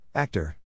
Actor